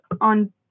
on